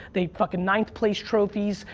they, fuckin' ninth place trophies.